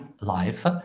life